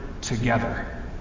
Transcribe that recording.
together